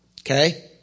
Okay